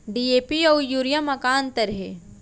DAP अऊ urea म का अंतर हे?